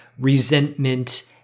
resentment